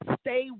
stay